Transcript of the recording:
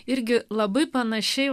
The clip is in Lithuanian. irgi labai panašiai